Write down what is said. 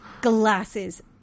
Glasses